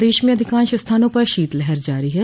प्रदेश में अधिकांश स्थानों पर शीतलहर जारी है